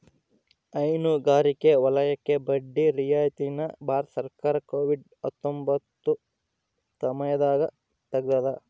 ಹೈನುಗಾರಿಕೆ ವಲಯಕ್ಕೆ ಬಡ್ಡಿ ರಿಯಾಯಿತಿ ನ ಭಾರತ ಸರ್ಕಾರ ಕೋವಿಡ್ ಹತ್ತೊಂಬತ್ತ ಸಮಯದಾಗ ತೆಗ್ದಾರ